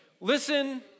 Listen